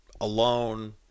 alone